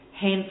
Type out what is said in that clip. Hence